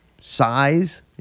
size